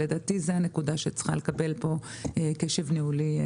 לדעתי, זו הנקודה שצריכה לקבל פה קשב ניהולי.